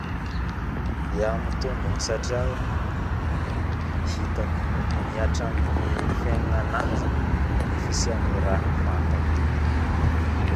Ya mitombogno satria hitako miatra aminy fiainagna anah zaigny ny fisiany raha fantanko io